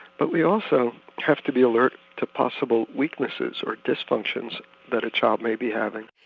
but we also have to be alert to possible weaknesses or dysfunctions that a child may be having.